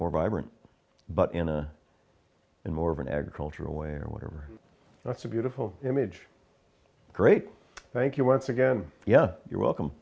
more vibrant but in a in more of an agricultural way or whatever that's a beautiful image thank you once again yeah you're welcome